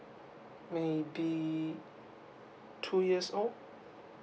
maybe two years old